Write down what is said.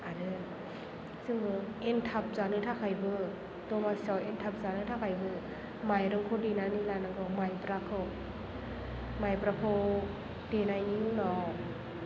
आरो जोङो एन्थाब जानो थाखायबो दमासियाव एन्थाब जानो थाखायबो माइरंखौ देनानै लानांगौ माइब्राखौ माइब्राखौ देनायनि उनाव